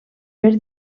per